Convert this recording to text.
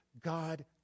God